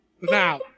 Now